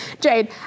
Jade